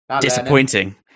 disappointing